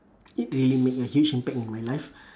it really make a huge impact in my life